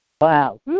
Wow